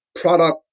product